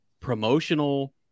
Promotional